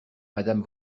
madame